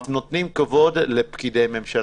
על מה היא השתכנעה בדיוק?